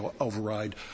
override